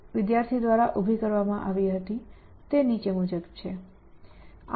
વિદ્યાર્થી દ્વારા ઉભી કરવામાં આવી હતી તે નીચે મુજબ છે